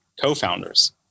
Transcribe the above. co-founders